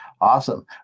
awesome